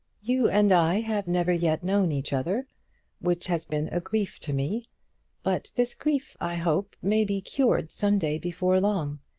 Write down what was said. you and i have never yet known each other which has been a grief to me but this grief, i hope, may be cured some day before long.